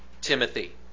Timothy